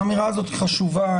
האמירה הזאת היא חשובה.